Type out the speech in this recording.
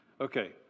Okay